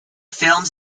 films